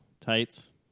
tights